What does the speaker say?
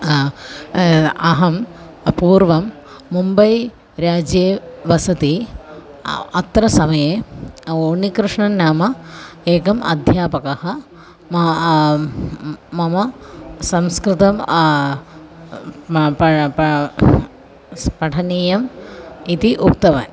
अहं पूर्वं मुम्बै राज्ये वसति अत्र समये उन्नि कृष्णन् नाम एकम् अध्यापकः म मम संस्कृतं पठनीयम् इति उक्तवान्